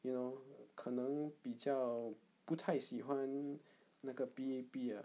you know 可能比较不太喜欢那个 P_A_P ah